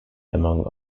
among